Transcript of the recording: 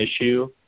issue